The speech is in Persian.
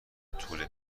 طول